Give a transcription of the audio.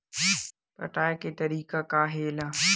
पटाय के तरीका का हे एला?